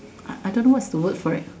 I I don't know what is the word for it